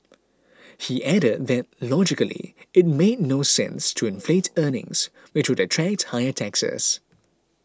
he added that logically it made no sense to inflate earnings which would attract higher taxes